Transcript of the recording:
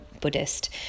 Buddhist